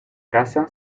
casa